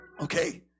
Okay